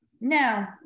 Now